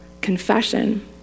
Confession